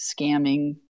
scamming